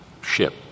ship